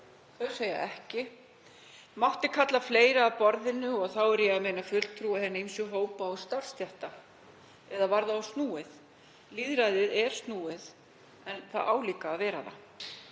Þau segja ekki. Mátti kalla fleiri að borðinu, og þá er ég að meina fulltrúa hinna ýmsu hópa og starfsstétta, eða var það of snúið? Lýðræðið er snúið en það á líka að vera það.